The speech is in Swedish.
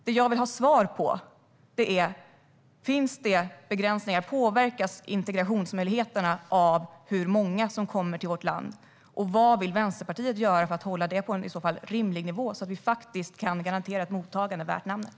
Det jag vill ha svar på är: Finns det begränsningar? Påverkas integrationsmöjligheten av hur många som kommer till vårt land? Vad vill Vänsterpartiet i så fall göra för att hålla det på en rimlig nivå så att vi kan garantera ett mottagande värt namnet?